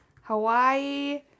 Hawaii